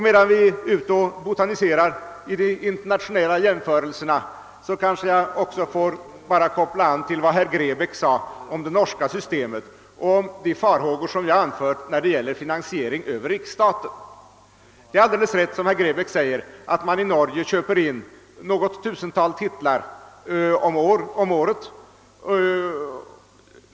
Medan vi botaniserar bland de internationella jämförelserna vill jag också knyta an till vad herr Grebäck sade om det norska systemet och om de farhågor jag anfört beträffande finansiering över riksstaten. Det är alldeles riktigt, som herr Grebäck säger, att man i Norge med statsmedel köper in något tusental boktitlar om året.